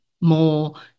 more